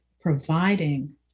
providing